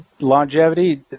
Longevity